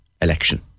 election